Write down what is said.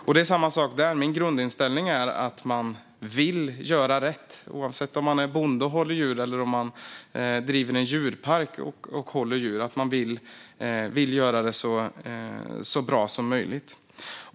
Min grundinställning även här är att man vill göra rätt och göra det så bra som möjligt, oavsett om man är bonde och håller djur eller om man driver en djurpark och håller djur.